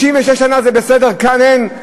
66 שנה זה בסדר, וכאן אין?